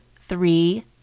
three